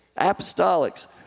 apostolics